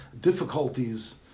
difficulties